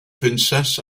princess